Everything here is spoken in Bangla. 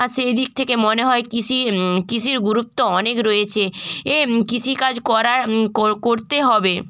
সেই দিক থেকে মনে হয় কৃষি কৃষির গুরুত্ব অনেক রয়েছে এ কৃষিকাজ করার করতে হবে